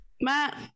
matt